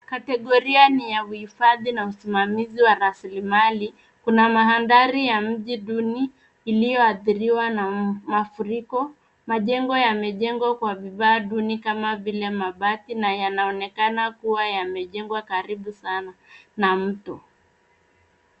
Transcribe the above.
Kategoria ni ya uhifadhi na usimamizi wa rasilimali. Kuna mandhari ya mji duni iliyo adhiliwa na mafuriko. Majengo yamejengwa kwa vifaa duni kama vile mabati na yanaonekana kuwa yamejengwa karibu sana na mto.